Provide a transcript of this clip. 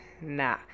Nah